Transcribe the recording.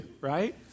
right